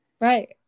Right